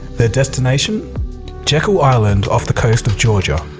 their destination jekyll island off the coast of georgia.